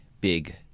big